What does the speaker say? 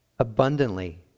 Abundantly